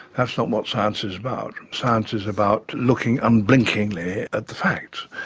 that's not what science is about. science is about looking unblinkingly at the facts,